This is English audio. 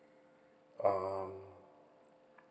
um